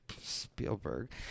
Spielberg